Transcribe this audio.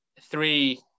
three